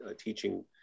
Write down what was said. teaching